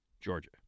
Georgia